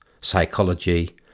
psychology